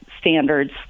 standards